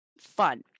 fun